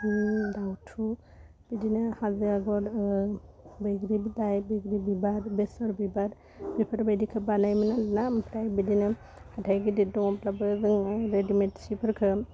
उम दाउथु बिदिनो हाजो आगर बैग्रि फिथाइ बैग्रि बिबार बेसर बिबार बेफोरबायदिखो बानायोमोन ना आमफ्राय बिदिनो हाथाइ गिदिर दङब्लाबो जोङो रेडिमेट सि फोरखो